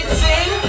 sing